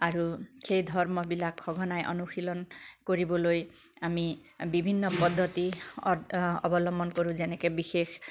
আৰু সেই ধৰ্মবিলাক সঘনাই অনুশীলন কৰিবলৈ আমি বিভিন্ন পদ্ধতি অৱলম্বন কৰোঁ যেনেকে বিশেষ